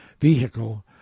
vehicle